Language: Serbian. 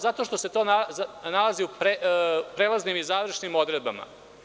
Zato što se to ne nalazi u prelaznim i završnim odredbama.